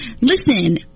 Listen